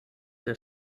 der